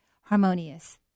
harmonious